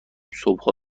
صبحها